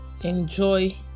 enjoy